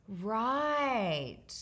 Right